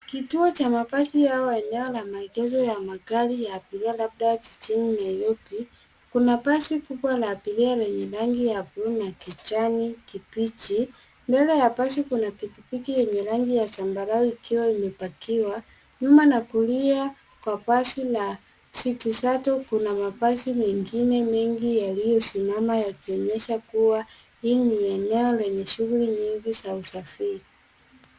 Kituo cha mabasi au eneo la maegesho ya magari ya abiria labda jijini Nairobi. Kuna basi kubwa la abiria lenye rangi ya buluu na kijani kibichi. Mbele ya basi kuna pikipiki yenye rangi ya zambarau ikiwa imepakiwa. Nyuma na kulia kwa basi la city shuttle kuna mabasi mengine mengi yaliyosimama yakionyesha kuwa hii ni eneo lenye shughuli nyingi za usafiri.